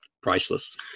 priceless